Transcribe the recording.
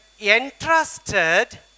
entrusted